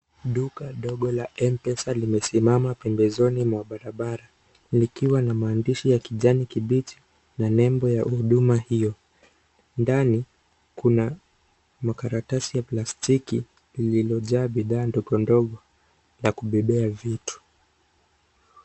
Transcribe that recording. Duka dogo la M-Pesa limesimama pembezoni mwa barabara likiwa na maandishi ya kijani kibichi na nembo ya huduma hiyo. Ndani kuna makaratasi ya plastiki lililojaa bidhaa ndogo ndogo la kubebea vitu